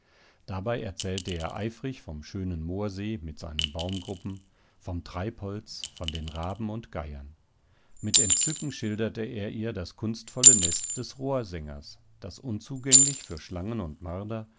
dabei erzählte er eifrig vom schönen moorsee mit seinen baumgruppen vom treibholz von den raben und geiern mit entzücken schilderte er ihr das kunstvolle nest des rohrsängers das unzugänglich für schlangen und marder